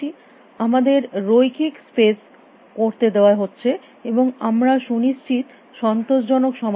আমাদের রৈখিক স্পেস করতে দেওয়া হচ্ছে এবং আমরা সুনিশ্চিত সন্তোষজনক সমাধান পাচ্ছি